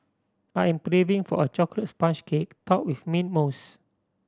I am craving for a chocolate sponge cake topped with mint mousse